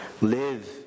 live